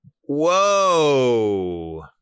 Whoa